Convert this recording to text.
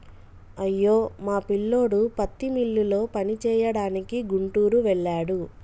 అయ్యో మా పిల్లోడు పత్తి మిల్లులో పనిచేయడానికి గుంటూరు వెళ్ళాడు